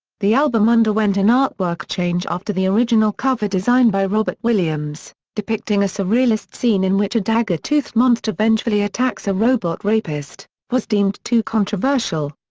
the album underwent an artwork change after the original cover design by robert williams depicting a surrealist scene in which a dagger-toothed monster vengefully attacks a robot rapist was deemed too controversial.